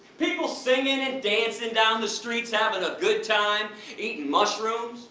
people singing and dancing down the streets, having a good time eating mushrooms